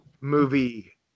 movie